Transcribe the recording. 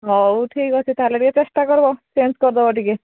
ହଉ ଠିକ ଅଛି ତାହେଲେ ଟିକେ ଚେଷ୍ଟା କରିବ ଚେଞ୍ଜ୍ କରିଦେବ ଟିକେ